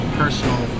personal